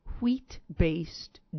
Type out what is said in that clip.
wheat-based